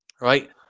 right